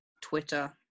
Twitter